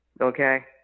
okay